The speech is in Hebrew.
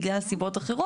בגלל סיבות אחרות,